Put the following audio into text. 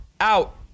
Out